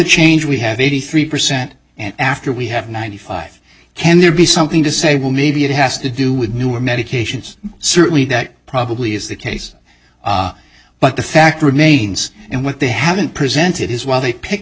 change we have eighty three percent and after we have ninety five can there be something to say well maybe it has to do with newer medications certainly that probably is the case but the fact remains and what they haven't presented his while they pick